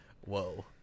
whoa